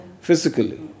Physically